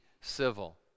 civil